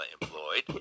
employed